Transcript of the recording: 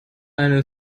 eine